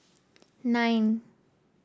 nine